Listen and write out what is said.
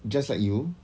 just like you